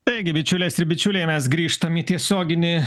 taigi bičiulės ir bičiuliai mes grįžtam į tiesioginį